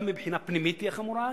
גם מבחינה פנימית תהיה חמורה,